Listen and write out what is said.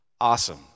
Awesome